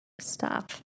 Stop